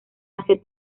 hacia